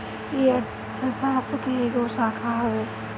ई अर्थशास्त्र के एगो शाखा हवे